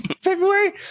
February